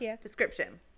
description